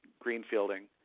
greenfielding